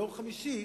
ביום חמישי,